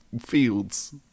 fields